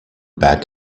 back